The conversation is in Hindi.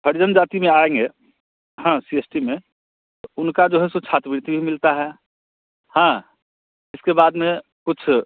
हरिजन जाति में आएंगे हाँ सी एस टी में तो उनका जो है सो छात्रवृति भी मिलता है हाँ उसके बाद में कुछ